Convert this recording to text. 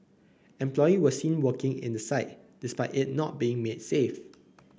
employees were seen working in the site despite it not being made safe